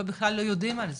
בכלל לא יודעים על זה,